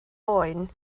boen